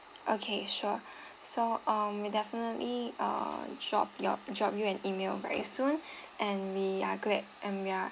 okay sure so um we definitely uh drop your drop you an email very soon and we are great and we are